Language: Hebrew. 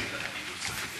איננו מבטיח שכל האופציות מוצו,